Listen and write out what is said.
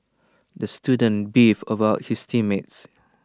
the student beefed about his team mates